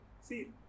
See